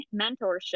mentorship